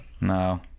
No